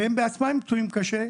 והם בעצמם פצועים קשה,